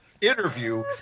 interview